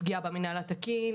פגיעה במינהל התקין,